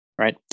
Right